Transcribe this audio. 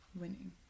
winning